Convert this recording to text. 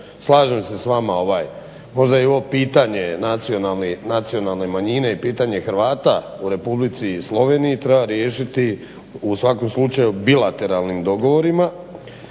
slažem se s vama, možda je ovo pitanje nacionalne manjine i pitanje Hrvata u Republici Sloveniji treba riješiti u svakom slučaju bilateralnim dogovorima,